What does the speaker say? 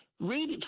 read